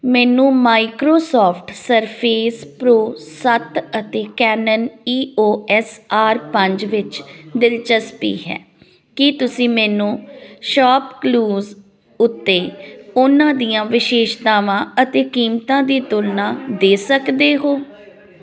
ਮੈਨੂੰ Microsoft Surface Pro ਸੱਤ ਅਤੇ Canon E O S R ਪੰਜ ਵਿੱਚ ਦਿਲਚਸਪੀ ਹੈ ਕੀ ਤੁਸੀਂ ਮੈਨੂੰ ਸ਼ਾਪ ਕਲੂਜ਼ ਉੱਤੇ ਉਹਨਾਂ ਦੀਆਂ ਵਿਸ਼ੇਸ਼ਤਾਵਾਂ ਅਤੇ ਕੀਮਤਾਂ ਦੀ ਤੁਲਨਾ ਦੇ ਸਕਦੇ ਹੋ